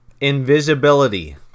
invisibility